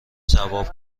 ثواب